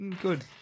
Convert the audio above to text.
Good